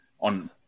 on